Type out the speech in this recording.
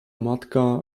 matka